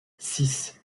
six